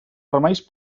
remeis